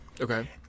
okay